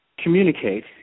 Communicate